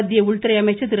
மத்திய உள்துறை அமைச்சர் திரு